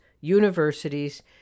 universities